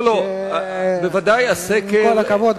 עם כל הכבוד,